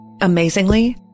Amazingly